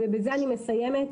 ובזה אני מסיימת.